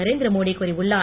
நரேந்திர மோடி கூறியுள்ளார்